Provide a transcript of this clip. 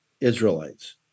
Israelites